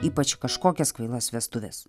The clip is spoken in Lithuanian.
ypač kažkokias kvailas vestuves